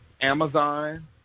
Amazon